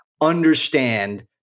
understand